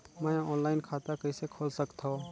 मैं ऑनलाइन खाता कइसे खोल सकथव?